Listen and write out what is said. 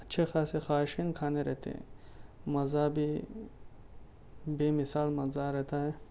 اچھے خاصے خواہشیں کھانے رہتے ہیں مزہ بھی بے مثال مزہ رہتا ہے